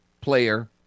player